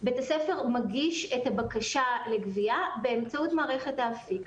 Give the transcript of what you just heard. בית הספר מגיש את הבקשה לגבייה באמצעות מערכת האפיק,